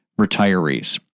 retirees